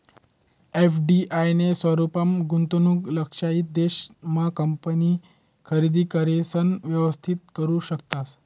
FDI ना स्वरूपमा गुंतवणूक लक्षयित देश मा कंपनी खरेदी करिसन व्यवस्थित करू शकतस